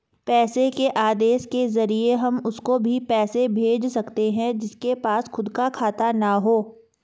पैसे के आदेश के जरिए हम उसको भी पैसे भेज सकते है जिसके पास खुद का खाता ना हो